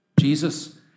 Jesus